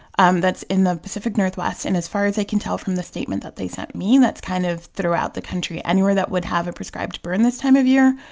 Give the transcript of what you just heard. um that's in the pacific northwest. and as far as i can tell from the statement that they sent me, that's kind of throughout the country. anywhere that would have a prescribed burn this time of year,